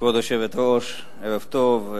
כבוד היושבת-ראש, ערב טוב,